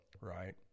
right